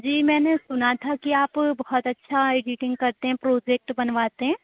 जी मैंने सुना था कि आप बहुत अच्छा एडिटिंग करते हैं प्रोजेक्ट बनवाते हैं